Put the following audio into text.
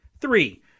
Three